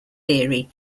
theory